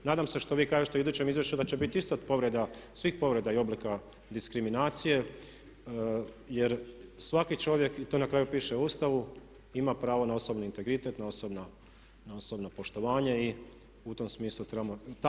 Nadam se što vi kažete u idućem izvješću da će biti isto povreda, svih povreda i oblika diskriminacije jer svaki čovjek i to na kraju piše u Ustavu ima pravo na osobni integritet, na osobno poštovanje i u tom smislu trebamo.